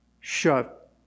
shut